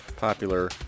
popular